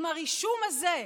עם הרישום הזה,